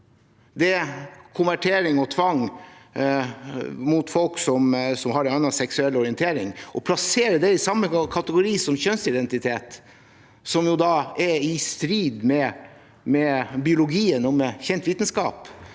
nok, konvertering og tvang mot folk som har en annen seksuell orientering, og plasserer det i samme kategori som kjønnsidentitet, som jo er i strid med biologien og med kjent vitenskap,